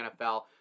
NFL